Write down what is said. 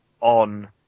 on